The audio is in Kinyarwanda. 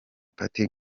party